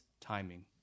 timing